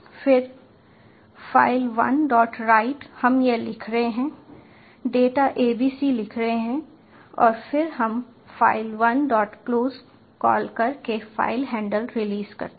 फिर file1write हम यह लिख रहे हैं डेटा abc लिख रहे हैं और फिर हम file1close कॉल करके फ़ाइल हैंडल रिलीज करते हैं